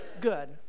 good